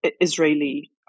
Israeli